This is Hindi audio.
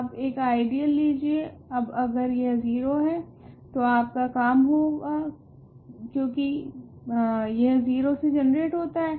आप एक आइडियल लीजिए अब अगर यह 0 है तो आपका काम हो गया क्योकि यह 0 से जनरेट होता है